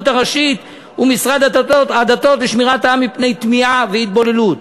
הראשית ומשרד הדתות לשמירת העם מפני טמיעה והתבוללות.